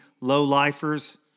low-lifers